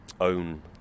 own